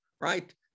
right